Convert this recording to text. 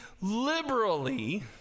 liberally